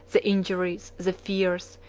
the injuries, the fears,